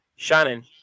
Shannon